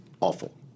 awful